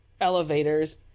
elevators